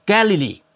Galilee